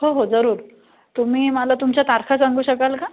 हो हो जरूर तुम्ही मला तुमच्या तारखा सांगू शकाल का